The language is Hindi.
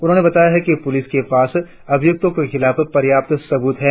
उन्होंने बताया कि पुलिस के पास अभियुक्तों के खिलाफ पर्याप्त सब्रत है